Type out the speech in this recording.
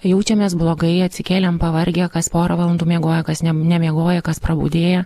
jaučiamės blogai atsikėlėm pavargę kas porą valandų miegoję kas ne nemiegoję kas prabudėjo